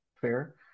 fair